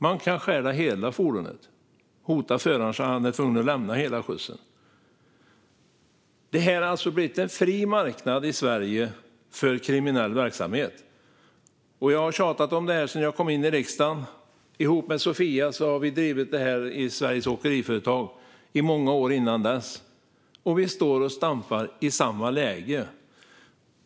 Man kan stjäla hela fordonet - hota föraren så att han är tvungen att lämna hela skjutsen. Det här har alltså blivit en fri marknad för kriminell verksamhet i Sverige. Jag har tjatat om detta sedan jag kom in i riksdagen. Tillsammans med Sofia har jag drivit detta i Sveriges Åkeriföretag i många år innan dess. Och vi står och stampar i samma läge.